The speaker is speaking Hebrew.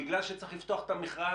בגלל שצריך לפתוח את המכרז,